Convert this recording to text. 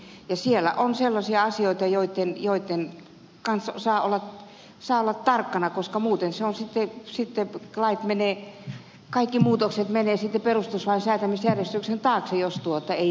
ja siellä perustuslakivaliokunnassa on sellaisia asioita joitten kanssa saa olla tarkkana koska muuten se on sitten niin että lait menevät kaikki muutokset menevät sitten perustuslain säätämisjärjestyksen taakse jos ei niihin puututa